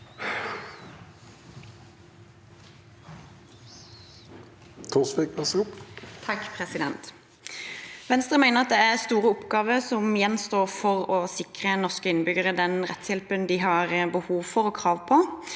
Venstre mener at det er store oppgaver som gjenstår for å sikre norske innbyggere den rettshjelpen de har behov for og krav på.